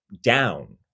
down